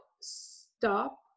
stop